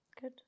Good